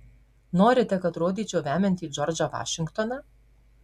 norite kad rodyčiau vemiantį džordžą vašingtoną